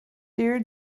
dear